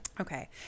Okay